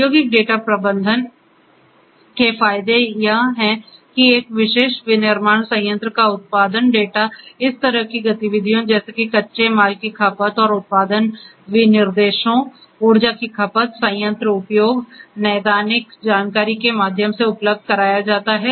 औद्योगिक डेटा प्रबंधन के फायदे यह हैं कि एक विशेष विनिर्माण संयंत्र का उत्पादन डेटा इस तरह की गतिविधियों जैसे कि कच्चे माल की खपत और उत्पादन विनिर्देशों ऊर्जा की खपत संयंत्र उपयोग नैदानिक जानकारी के माध्यम से उपलब्ध कराया जाता है